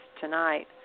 tonight